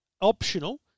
optional